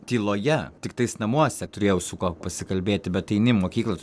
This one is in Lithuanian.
tyloje tiktais namuose turėjau su kuo pasikalbėti bet eini mokyklos